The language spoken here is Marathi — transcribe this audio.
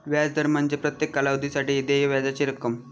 व्याज दर म्हणजे प्रत्येक कालावधीसाठी देय व्याजाची रक्कम